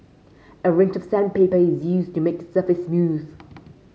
a range of sandpaper is used to make the surface smooth